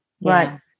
Right